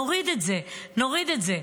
נוריד את זה, נוריד את זה.